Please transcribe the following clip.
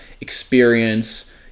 experience